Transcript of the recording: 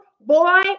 boy